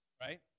right